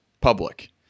public